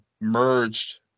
merged